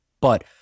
But-